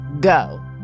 go